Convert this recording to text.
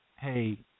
hey